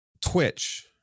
Twitch